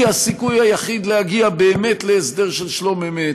הסיכוי היחיד להגיע באמת להסדר של שלום-אמת.